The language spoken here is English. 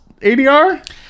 ADR